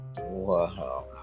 wow